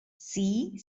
see